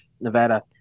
Nevada